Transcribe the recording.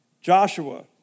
Joshua